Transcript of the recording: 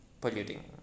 polluting